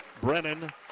Brennan